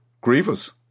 Grievous